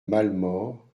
malemort